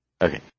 Okay